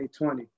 2020